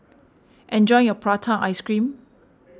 enjoy your Prata Ice Cream